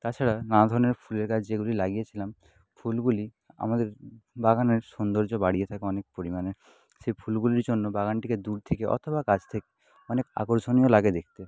তাছাড়া নানা ধরনের ফুলের গাছ যেগুলি লাগিয়ে ছিলাম ফুলগুলি আমাদের বাগানের সৌন্দর্য বাড়িয়ে থাকে অনেক পরিমাণে সেই ফুলগুলির জন্য বাগানটিকে দূর থেকে অথবা কাছ থেকে অনেক আকর্ষণীয় লাগে দেখতে